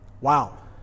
Wow